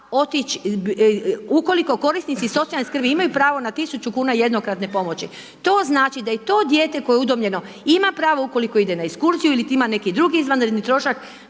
za otići, ukoliko korisnici socijalne skrbi imaju pravo na 1.000,00 kn jednokratne pomoći, to znači da i to dijete koje je udomljeno ima pravo ukoliko ide na ekskurziju ili ima neki drugi izvanredni trošak,